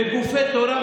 בגופי תורה,